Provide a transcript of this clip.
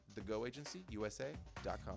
thegoagencyusa.com